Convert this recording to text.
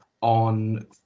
on